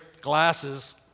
glasses